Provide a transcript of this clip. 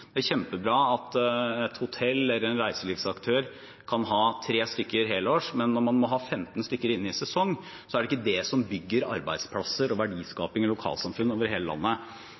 Det er kjempebra at et hotell eller en reiselivsaktør kan ha tre stykker ansatt hele året, men når man må ha inn femten stykker i sesongen, er det ikke det som bygger arbeidsplasser og verdiskaping i lokalsamfunn over hele landet.